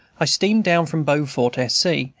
i steamed down from beaufort, s. c,